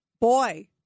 Boy